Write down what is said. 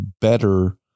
better